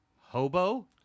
hobo